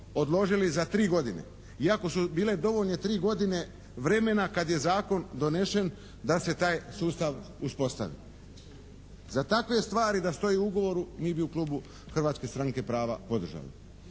odložili za tri godine iako su bile dovoljne tri godine vremena kad je zakon donesen da se taj sustav uspostavi. Za takve stvari da stoji u ugovoru mi bi u klubu Hrvatske stranke prava podržali,